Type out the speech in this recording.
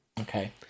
Okay